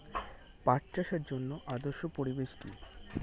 পাট চাষের জন্য আদর্শ পরিবেশ কি?